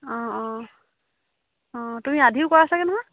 অঁ অঁ অঁ তুমি আধিও কৰা চাগে নহয়